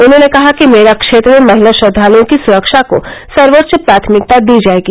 उन्होंने कहा कि मेला क्षेत्र में महिला श्रद्धालुओं की सुरक्षा को सर्वोच्च प्राथमिकता दी जायेगी